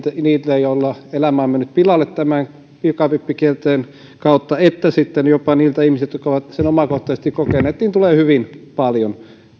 niiltä joilla elämä on mennyt pilalle pikavippikierteen kautta että sitten jopa niiltä ihmisiltä jotka ovat sen omakohtaisesti kokeneet tulee hyvin paljon